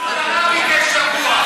ראש הממשלה ביקש שבוע.